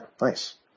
nice